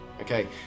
Okay